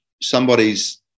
somebody's